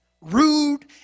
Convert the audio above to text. rude